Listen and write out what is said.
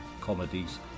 comedies